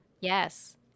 yes